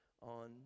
on